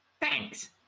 thanks